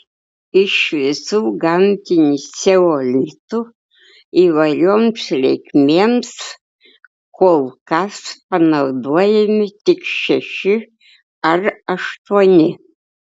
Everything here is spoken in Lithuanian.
iš visų gamtinių ceolitų įvairioms reikmėms kol kas panaudojami tik šeši ar aštuoni